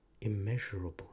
immeasurable